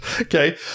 Okay